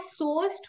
sourced